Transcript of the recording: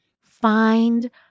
find